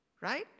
Right